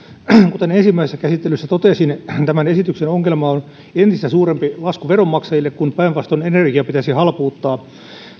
kuten ensimmäisessä käsittelyssä totesin tämän esityksen ongelma on entistä suurempi lasku veronmaksajille kun päinvastoin energiaa pitäisi halpuuttaa